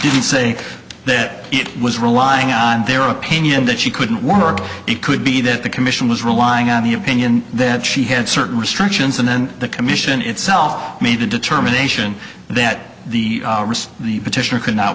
didn't say that it was relying on their opinion that she couldn't work it could be that the commission was relying on the opinion that she had certain restrictions and then the commission itself made a determination that the risk of the petitioner could not